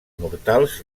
mortals